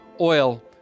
oil